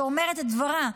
שאומרת את דברה,